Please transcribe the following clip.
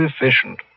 efficient